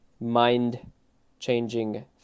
mind-changing